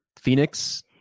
Phoenix